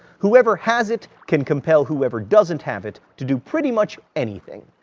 whoever has it can compel whoever doesn't have it to do pretty much anything.